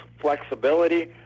flexibility